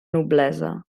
noblesa